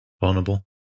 vulnerable